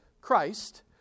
Christ